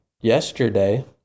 yesterday